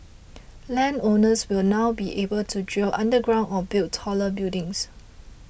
land owners will now be able to drill underground or build taller buildings